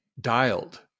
dialed